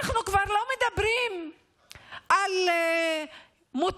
אנחנו כבר לא מדברים על מותרות,